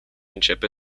începe